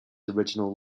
original